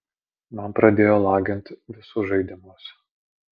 man pradėjo lagint visus žaidimus